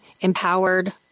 empowered